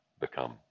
Become